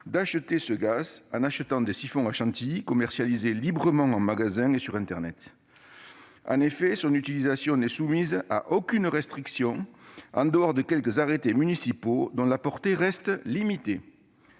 procurer ce gaz en achetant des siphons à chantilly commercialisés librement en magasin et sur internet. En effet, son utilisation n'est soumise à aucune restriction, en dehors de quelques arrêtés municipaux dont la portée reste limitée.